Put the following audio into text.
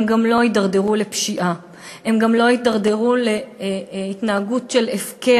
הם גם לא יידרדרו לפשיעה והם גם לא יידרדרו להתנהגות של הפקר,